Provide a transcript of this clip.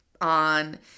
On